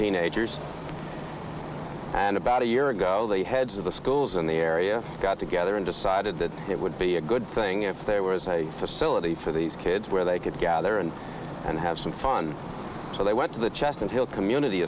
teenagers and about a year ago they heads of the schools in the area got together and decided that it would be a good thing if there was a facility for these kids where they could gather and and have some fun so they went to the chest and hill community